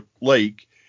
lake